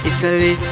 Italy